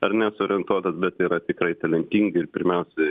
ar ne suorientuotas bet yra tikrai talentingi ir pirmiausiai